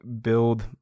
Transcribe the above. build